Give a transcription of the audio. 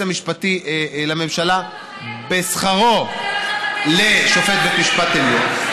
המשפטי לממשלה בשכרו לשופט בית משפט עליון,